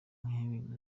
n’ibibi